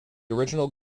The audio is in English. original